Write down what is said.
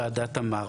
ועדת תמר.